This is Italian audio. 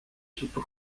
sotto